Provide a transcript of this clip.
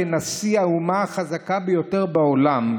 כנשיא האומה החזקה ביותר בעולם,